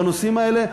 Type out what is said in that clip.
בנושאים האלה.